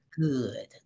good